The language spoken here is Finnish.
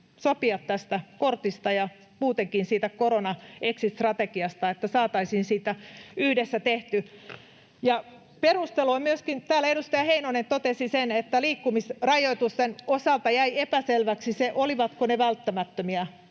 sopia tästä kortista ja muutenkin siitä korona-exit-strategiasta, että saataisiin siitä yhdessä tehty. Perusteluna myöskin: Täällä edustaja Heinonen totesi sen, että liikkumisrajoitusten osalta jäi epäselväksi se, olivatko ne välttämättömiä.